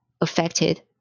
affected